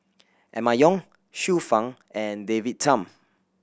Emma Yong Xiu Fang and David Tham